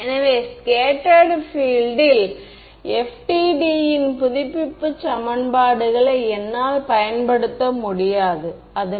எனவே சிறிய தந்திரம் ஒன்று செய்வோம்